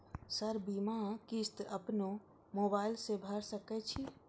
Sir बीमा किस्त अपनो मोबाईल से भर सके छी?